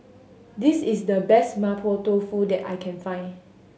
this is the best Mapo Tofu that I can find